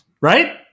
right